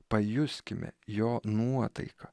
pajuskime jo nuotaiką